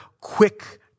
quick